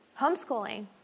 Homeschooling